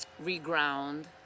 reground